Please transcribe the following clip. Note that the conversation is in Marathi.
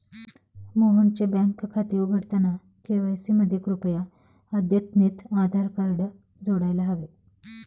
मोहनचे बँक खाते उघडताना के.वाय.सी मध्ये कृपया अद्यतनितआधार कार्ड जोडायला हवे